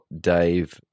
Dave